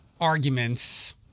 arguments